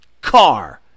Car